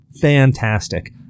fantastic